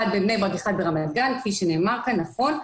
אחד בבני ברק, אחד ברמת גן, כפי שנאמר כאן נכון.